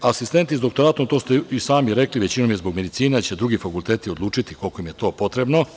Asistenti sa doktoratom, to ste i sami rekli, većinom je zbog medicine, ali će drugi fakulteti odlučiti koliko im je to potrebno.